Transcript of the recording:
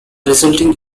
resulting